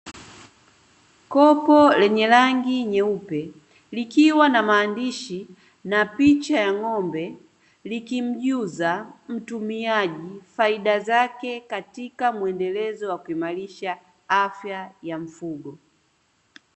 Kopo lenye rangi nyeupe, likiwa na maandishi na picha ya ng'ombe, likimjuza mtumiaji faida zake katika mwendelezo wa kuimarisha afya ya mfugo.